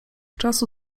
czasu